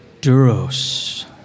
Duros